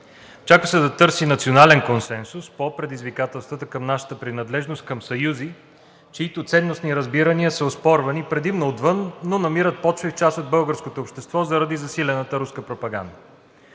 Очаква се да търси национален консенсус по предизвикателствата към нашата принадлежност към съюзи, чиито ценностни разбирания са оспорвани предимно отвън, но намират почва и в част от българското общество заради засилената руска пропаганда.